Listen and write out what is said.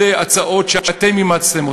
אלה הצעות שאתם אימצתם,